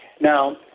now